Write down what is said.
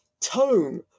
tone